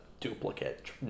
duplicate